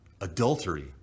adultery